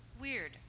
Weird